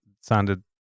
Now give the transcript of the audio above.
sounded